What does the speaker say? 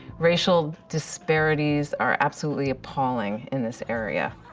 racial disparities are absolutely appalling in this area.